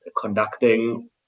conducting